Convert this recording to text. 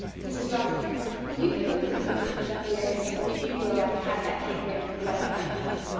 mrs. dr. dear, will you pick over the fruit and beat up the eggs? if you will i can have that cake ready for the oven by the evening.